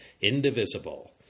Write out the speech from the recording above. Indivisible